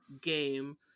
game